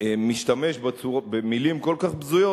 משתמש במלים כל כך בזויות,